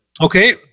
Okay